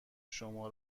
شما